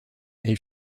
elle